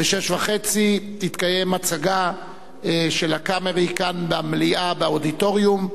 ב-18:30 תתקיים הצגה של "הקאמרי" כאן באודיטוריום,